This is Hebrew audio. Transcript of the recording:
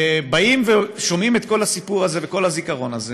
כששומעים את כל הסיפור הזה ואת כל הזיכרון הזה,